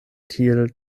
tiel